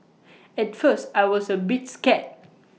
at first I was A bit scared